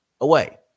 away